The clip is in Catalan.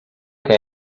que